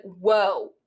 whoa